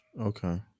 Okay